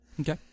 Okay